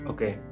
Okay